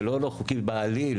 לא לא חוקית בעליל